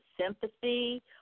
sympathy